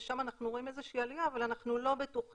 שם אנחנו רואים איזושהי עלייה אבל אנחנו לא בטוחים